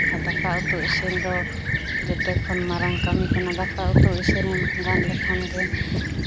ᱟᱨ ᱫᱟᱠᱟ ᱩᱛᱩ ᱤᱥᱤᱱ ᱫᱚ ᱡᱚᱛᱚ ᱠᱷᱚᱱ ᱢᱟᱨᱟᱝ ᱠᱟᱹᱢᱤ ᱠᱟᱱᱟ ᱫᱟᱠᱟ ᱩᱛᱩ ᱤᱥᱤᱱᱮᱢ ᱜᱟᱱ ᱞᱮᱠᱷᱟᱱ ᱜᱮ